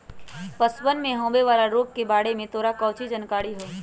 पशुअन में होवे वाला रोग के बारे में तोरा काउची जानकारी हाउ?